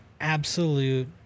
absolute